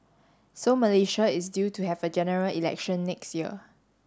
so Malaysia is due to have a General Election next year